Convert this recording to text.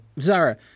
Zara